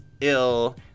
ill